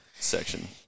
Section